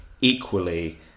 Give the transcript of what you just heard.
equally